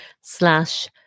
slash